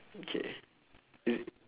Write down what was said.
okay is it